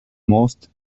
most